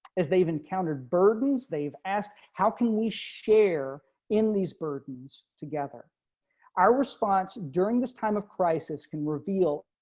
as they've encountered burdens. they've asked, how can we share in these burdens together our response during this time of crisis can reveal